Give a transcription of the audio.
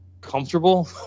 comfortable